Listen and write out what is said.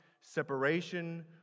separation